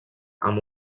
amb